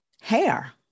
hair